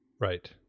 right